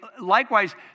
Likewise